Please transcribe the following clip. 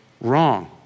wrong